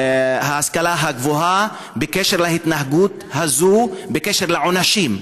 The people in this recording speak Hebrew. ההשכלה הגבוהה בקשר להתנהגות הזאת, בקשר לעונשים?